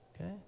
Okay